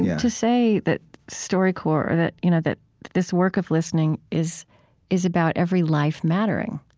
to say that storycorps, that you know that this work of listening is is about every life mattering.